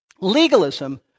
legalism